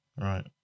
Right